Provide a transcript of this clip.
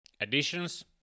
Additions